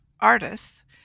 artists